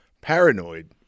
Paranoid